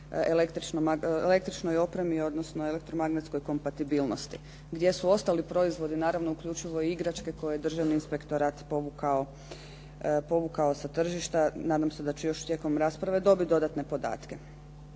električnoj opremi, odnosno elektromagnetskoj kompatibilnosti gdje su ostali proizvodi naravno uključivo i igračke koje je Državni inspektorat povukao sa tržišta. Nadam se da ću još tijekom rasprave dobiti dodatne podatke.